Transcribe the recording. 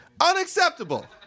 Unacceptable